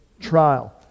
trial